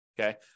Okay